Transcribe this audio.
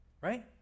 right